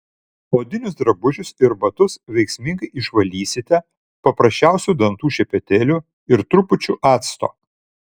odinius drabužius ir batus veiksmingai išvalysite paprasčiausiu dantų šepetėliu ir trupučiu acto